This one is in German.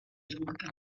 lunge